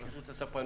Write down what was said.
של רשות הספנות,